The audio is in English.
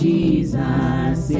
Jesus